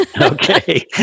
Okay